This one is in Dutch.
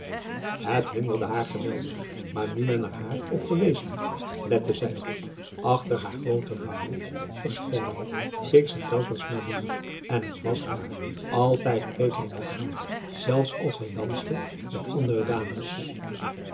het hinderde haar geweldig maar nu men er haar op gewezen had lette zij er op achter haar grooten waaier verscholen keek ze telkens naar louis en het was waar altijd keek hij naar haar zelfs als hij danste met andere dames